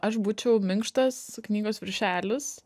aš būčiau minkštas knygos viršelis